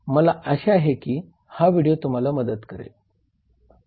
मला आशा आहे की हा व्हिडिओ तुम्हाला मदत करेल